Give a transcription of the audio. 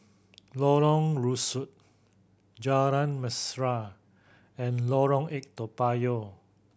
Lorong Rusuk Jalan Mesra and Lorong Eight Toa Payoh